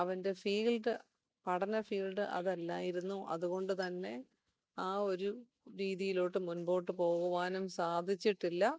അവൻ്റെ ഫീൽഡ് പഠന ഫീൽഡ് അതല്ലായിരുന്നു അതുകൊണ്ട് തന്നെ ആ ഒരു രീതിയിലോട്ട് മുന്പോട്ട് പോകുവാനും സാധിച്ചിട്ടില്ല